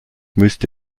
müsste